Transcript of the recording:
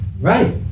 Right